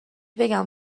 بگم